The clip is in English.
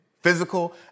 physical